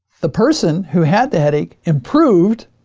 the person who had the headache improved,